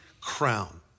crown